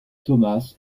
thomas